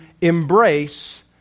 embrace